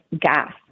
gas